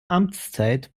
amtszeit